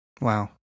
Wow